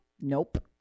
Nope